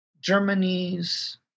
Germany's